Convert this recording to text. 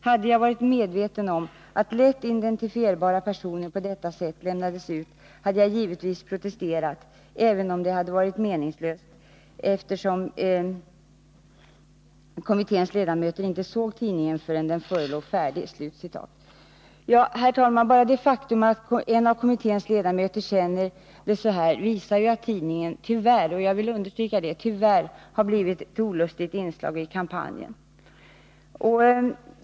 Hade jag varit medveten om att lätt identifierbara personer på detta sätt lämnades ut, hade jag givetvis protesterat, även om det varit meningslöst eftersom kommitténs ledamöter inte såg tidningen förrän den förelåg färdig.” Herr talman! Bara det faktum att en av kommitténs ledamöter känner det så här visar ju att tidningen tyvärr — och jag vill understryka detta tyvärr — har blivit ett olustigt inslag i kampanjen.